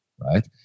Right